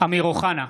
אמיר אוחנה,